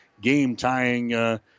game-tying